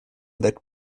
that